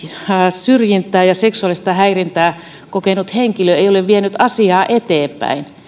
syrjintää ja seksuaalista häirintää kokeneista henkilöistä ei ole vienyt asiaa eteenpäin